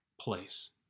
place